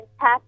tap